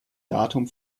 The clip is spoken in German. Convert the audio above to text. datum